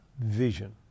vision